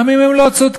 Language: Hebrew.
גם אם הם לא צודקים,